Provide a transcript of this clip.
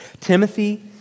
Timothy